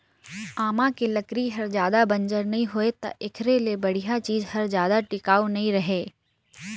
आमा के लकरी हर जादा बंजर नइ होय त एखरे ले बड़िहा चीज हर जादा टिकाऊ नइ रहें